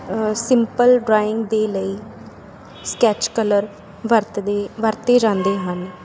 simple drawing ਦੇ ਲਈ sketch colour ਵਰਤਦੇ ਵਰਤੇ ਜਾਂਦੇ ਹਨ